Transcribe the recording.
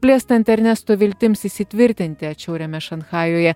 blėstant ernesto viltims įsitvirtinti atšiauriame šanchajuje